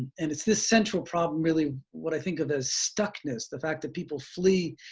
and it's this central problem really, what i think of as stuckness, the fact that people flee,